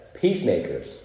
peacemakers